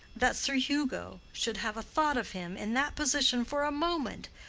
that sir hugo should have thought of him in that position for a moment,